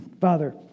Father